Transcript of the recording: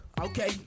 Okay